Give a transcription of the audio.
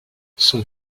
son